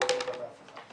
הוא לא עוזר לאף אחד.